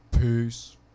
peace